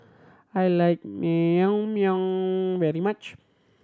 I like Naengmyeon very much